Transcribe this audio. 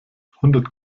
hundert